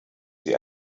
sie